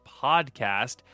podcast